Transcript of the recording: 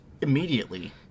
immediately